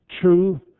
true